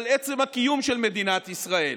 על עצם הקיום של מדינת ישראל.